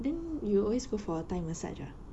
then you always go for thai massage ah